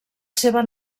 seva